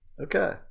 Okay